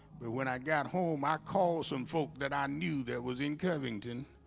but when i got home, i called some folk that i knew that was in covington